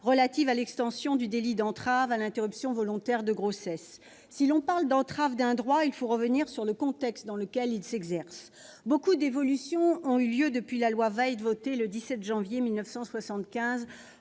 relative à l'extension du délit d'entrave à l'interruption volontaire de grossesse. Pour parler de l'entrave opposée à un droit, il faut revenir sur le contexte dans lequel celui-ci s'exerce. Beaucoup d'évolutions ont eu lieu depuis la loi Veil, votée le 17 janvier 1975,